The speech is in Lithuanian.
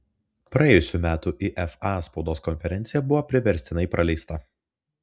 praėjusių metų ifa spaudos konferencija buvo priverstinai praleista